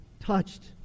touched